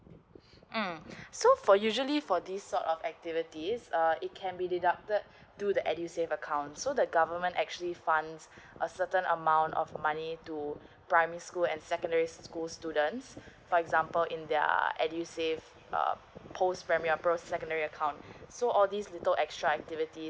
mm so for usually for this sort of activities uh it can be deducted through the edusave account so the government actually funds a certain amount of money to primary school and secondary school students for example in their edusave uh post from secondary account like um so all these little extra activities